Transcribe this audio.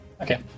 okay